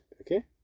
Okay